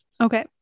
Okay